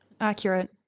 Accurate